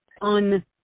on